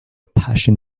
passion